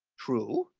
true.